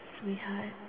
Sweetheart